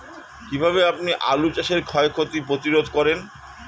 কীভাবে আপনি আলু চাষের ক্ষয় ক্ষতি প্রতিরোধ করেন?